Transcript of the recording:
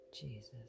Jesus